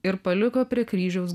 ir paliko prie kryžiaus